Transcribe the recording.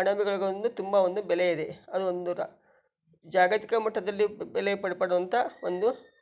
ಅಣಬೆಗಳಿಗೊಂದು ತುಂಬ ಒಂದು ಬೆಲೆ ಇದೆ ಅದು ಒಂದು ರ ಜಾಗತಿಕ ಮಟ್ಟದಲ್ಲಿ ಬ್ ಬೆಲೆ ಪಡ್ ಪಡೆದಂಥ ಒಂದು